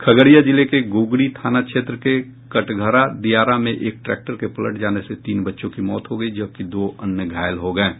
खगड़िया जिले के गोगरी थाना क्षेत्र के कटघरा दियारा में एक ट्रैक्टर के पलट जाने से तीन बच्चों की मौत हो गयी जबकि दो अन्य घायल हो गये है